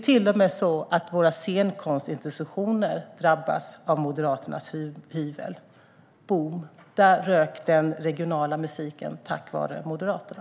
Till och med våra scenkonstinstitutioner drabbas av Moderaternas hyvel. Boom, där rök den regionala musiken - tack vare Moderaterna.